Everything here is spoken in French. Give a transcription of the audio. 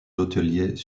hôteliers